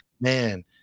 man